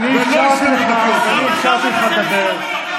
אדוני היושב-ראש,